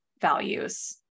values